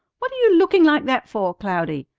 what are you looking like that for, cloudy?